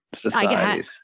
Societies